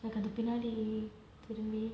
பின்னாடி திரும்பி:pinnaadi thirumbi